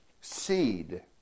seed